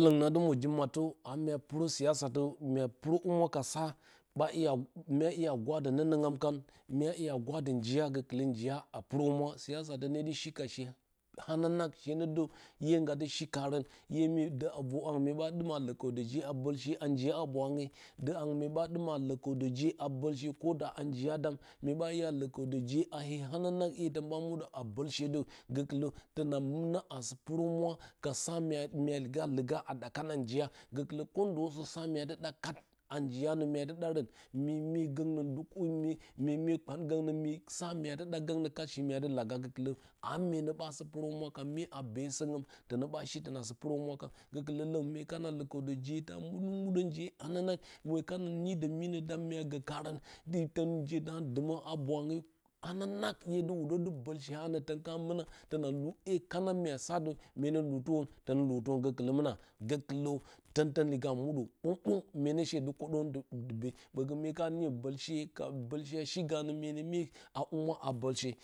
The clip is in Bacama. longu nə nadɨ mwo ji mattə a mya purə siyasa mya purə humwa kasa ba iya swadə nonoungm kan mya iya gwada njiya gokɨlə njiya a purohumwa siyasa ndedɨ shi kashe hananang shero də iye ngadɨ shi karə iye ne də a var haungn mye ɓa dɨmə a lokodə je a bolshe a njiya habwange dɨ hangu mye ɓa dɨmə a lokodə je a bolse koda a njiya dam mye ba iya lokodəje a yue hananang iye ton ɓa mudə a bolse də gokɨlə tona muna a sɨ purə humwa ka samna hya miya liga a ɗakan a njiya gokɨlə kondosə samna dɨ da kat a njiya nə mya dɨ ɗarə mye mye gounə dɨ ku mye mye kpangə imi samua dɨ ɗa gonna kat shimya dɨ laga gokɨlə a mye nə ɓa sɨ prohumra kan mye a besoungm tonə bashi tona sɨ purohuma kan gokɨlə longu mye kana lokatrundə je ta mudə je hananang hue kana nidə mai nə dam mue gə karən di je darə dumə habwange hananange mye dɨ wudə dɨ bolshe a hanə ton kaa mina tona lu hee kana mya sa dɨ mye naturjn lubɨrən ton lufirən gokilə mɨna gokɨlə ton ton giga mudə bonbon mye nə she dɨ kodə an dɨ be ɓogə myekan niyo bolshe va bolshe a shi ganə mus nə mye a humwa a bolshe.